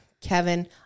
Kevin